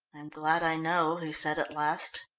i'm glad i know, he said at last.